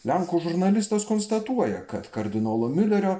lenkų žurnalistas konstatuoja kad kardinolo miulerio